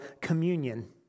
communion